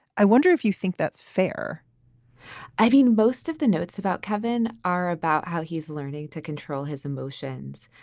i wonder if you think that's fair i've seen most of the notes about kevin are about how he's learning to control his emotions.